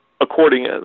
according